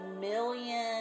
million